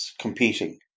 competing